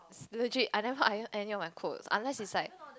legit I never iron any of my clothes unless it's like